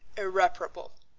irreparable.